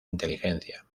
inteligencia